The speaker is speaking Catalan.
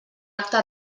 acte